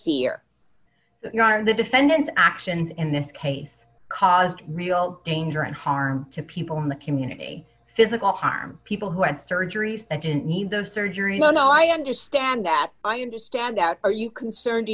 hear the defendant's actions in this case cause real danger and harm to people in the community physical harm people who had surgeries that didn't need those surgeries well no i understand that i understand that are you concerned